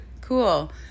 Cool